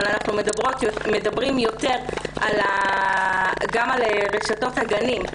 אבל אנחנו מדברים יותר גם על רשתות הגנים.